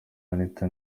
anita